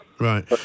Right